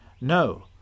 No